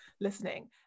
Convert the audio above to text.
listening